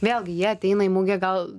vėlgi jie ateina į mugę gal